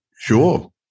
Sure